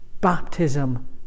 Baptism